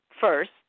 first